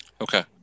Okay